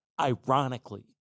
ironically